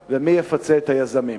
4. מי יפצה את היזמים?